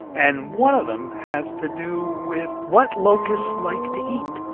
and one of them has to do with what locusts like to eat